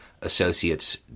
associates